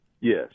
Yes